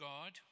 God